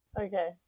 Okay